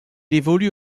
évolue